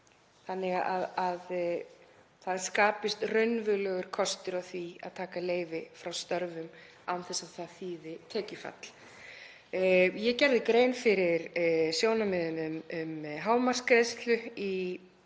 þannig að það skapist raunverulegur kostur á því að taka leyfi frá störfum án þess að það þýði tekjufall. Ég gerði grein fyrir sjónarmiðum um hámarksgreiðslu í